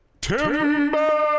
Timber